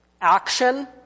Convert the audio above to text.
action